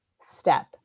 step